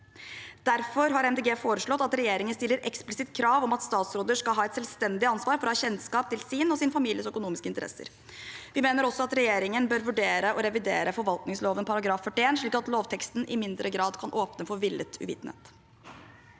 De Grønne foreslått at regjeringen skal stille et eksplisitt krav om at statsråder skal ha et selvstendig ansvar for å ha kjennskap til sin og sin families økonomiske interesser. Vi mener også at regjeringen bør vurdere å revidere forvaltningsloven § 41, slik at lovteksten i mindre grad kan åpne for villet uvitenhet.